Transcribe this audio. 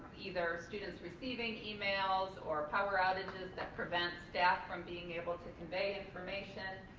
either students receiving emails or power outages that prevent staff from being able to convey information,